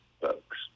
folks